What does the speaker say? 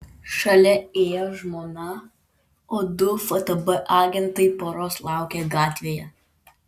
šalia ėjo žmona o du ftb agentai poros laukė gatvėje